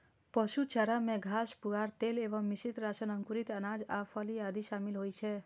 पशु चारा मे घास, पुआर, तेल एवं मिश्रित राशन, अंकुरित अनाज आ फली आदि शामिल होइ छै